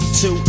Two